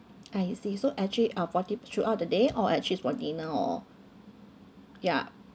I see so actually uh for the throughout the day or actually it's for dinner or ya